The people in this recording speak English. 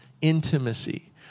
intimacy